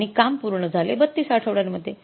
आणि काम पूर्ण झाले ३२ आठवड्यांमध्ये